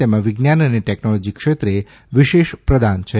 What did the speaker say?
તેમાં વિજ્ઞાન અને ટેકનોલોજી ક્ષેત્રે વિશેષ પ્રદાન છે